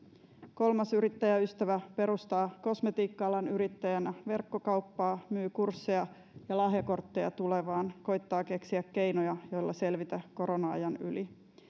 kolmas yrittäjäystävä perustaa kosmetiikka alan yrittäjänä verkkokauppaa myy kursseja ja lahjakortteja tulevaan koettaa keksiä keinoja joilla selvitä korona ajan yli